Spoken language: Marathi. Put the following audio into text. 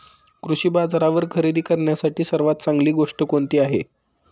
कृषी बाजारावर खरेदी करण्यासाठी सर्वात चांगली गोष्ट कोणती आहे?